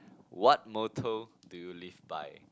what motto do you live by